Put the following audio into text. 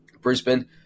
Brisbane